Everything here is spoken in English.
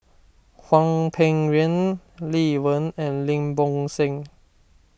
Hwang Peng Yuan Lee Wen and Lim Bo Seng